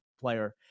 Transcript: player